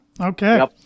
Okay